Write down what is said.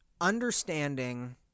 understanding